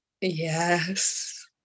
Yes